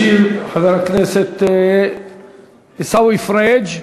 ישיב חבר הכנסת עיסאווי פריג'.